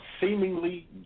seemingly